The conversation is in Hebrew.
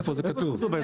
איפה זה כתוב בהסכם?